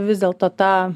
vis dėlto ta